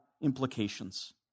implications